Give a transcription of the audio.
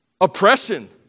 Oppression